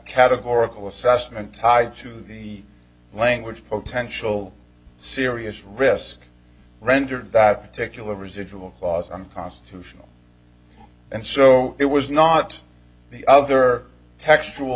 categorical assessment tied to the language potential serious risk rendered that particular residual clause unconstitutional and so it was not the other textual